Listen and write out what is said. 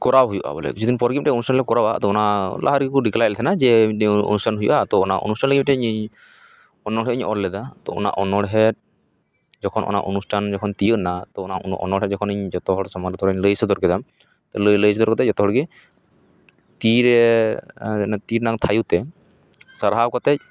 ᱠᱚᱨᱟᱣ ᱦᱩᱭᱩᱜᱼᱟ ᱵᱚᱞᱮ ᱠᱤᱪᱷᱩ ᱫᱤᱱ ᱯᱚᱨ ᱜᱮ ᱢᱤᱫᱴᱮᱱ ᱚᱱᱩᱥᱴᱷᱟᱱ ᱞᱮ ᱠᱚᱨᱟᱣᱟ ᱟᱫᱚ ᱚᱱᱟ ᱞᱟᱦᱟ ᱨᱮᱜᱮ ᱠᱚ ᱰᱤᱠᱞᱟᱨᱮᱫ ᱛᱟᱦᱮᱸᱱᱟ ᱡᱮ ᱢᱤᱫᱴᱤᱱ ᱚᱱᱩᱥᱴᱷᱟᱱ ᱦᱩᱭᱩᱜ ᱛᱳ ᱚᱱᱟ ᱚᱱᱩᱥᱴᱷᱟᱱ ᱞᱟᱹᱜᱤᱫ ᱢᱤᱫᱴᱤᱱ ᱚᱱᱚᱲᱦᱮᱸ ᱤᱧ ᱚᱞ ᱞᱮᱫᱟ ᱛᱳ ᱚᱱᱟ ᱚᱱᱚᱲᱦᱮᱸ ᱡᱚᱠᱷᱚᱱ ᱚᱱᱟ ᱚᱱᱩᱥᱴᱷᱟᱱ ᱡᱚᱠᱷᱚᱱ ᱛᱤᱭᱳᱜ ᱮᱱᱟ ᱛᱳ ᱚᱱᱟ ᱚᱱᱚᱲᱦᱮᱸ ᱡᱚᱠᱷᱚᱱ ᱤᱧ ᱡᱚᱛᱚ ᱦᱚᱲ ᱥᱟᱢᱟᱝ ᱨᱮ ᱛᱷᱚᱲᱟᱧ ᱞᱟᱹᱭ ᱥᱚᱫᱚᱨ ᱠᱮᱫᱟ ᱞᱟᱹᱭ ᱞᱟᱹᱭᱛᱮ ᱡᱚᱛᱚ ᱦᱚᱲ ᱜᱮ ᱛᱤ ᱨᱮ ᱛᱤ ᱨᱮᱱᱟᱝ ᱛᱷᱟᱭᱚ ᱛᱮ ᱥᱟᱨᱦᱟᱣ ᱠᱟᱛᱮ